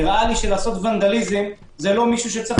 לעשות ונדליזם זה לא דבר שצריך